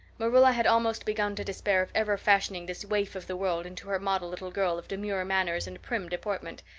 marilla had almost begun to despair of ever fashioning this waif of the world into her model little girl of demure manners and prim deportment.